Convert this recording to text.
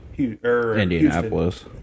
Indianapolis